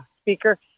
speaker